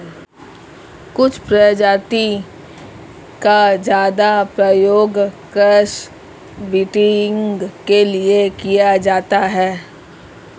कुछ प्रजाति का ज्यादा प्रयोग क्रॉस ब्रीडिंग के लिए किया जाता है